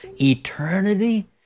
Eternity